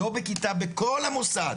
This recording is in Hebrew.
לא בכיתה בכל המוסד,